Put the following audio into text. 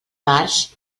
març